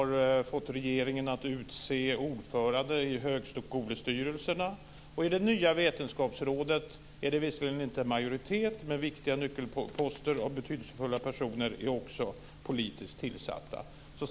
Regeringen utser ordföranden i högskolestyrelserna. Och i det nya vetenskapsrådet är det visserligen inte en majoritet, men viktiga nyckelposter med betydelsefulla personer är också politiskt tillsatta.